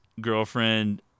girlfriend